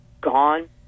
gone